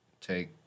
take